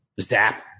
Zap